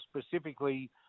specifically